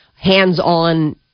hands-on